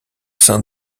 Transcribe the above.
sein